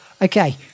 okay